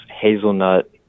hazelnut